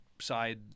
side